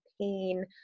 pain